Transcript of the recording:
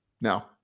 now